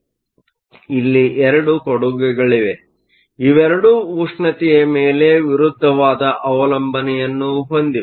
ಆದ್ದರಿಂದ ಇಲ್ಲಿ ಎರಡು ಕೊಡುಗೆಗಳಿವೆ ಇವೆರಡೂ ಉಷ್ಣತೆಯ ಮೇಲೆ ವಿರುದ್ಧವಾದ ಅವಲಂಬನೆಯನ್ನು ಹೊಂದಿವೆ